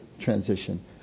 transition